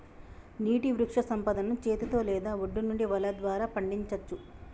నీటి వృక్షసంపదను చేతితో లేదా ఒడ్డు నుండి వల ద్వారా పండించచ్చు